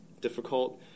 difficult